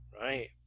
right